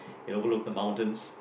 it overlooked the mountains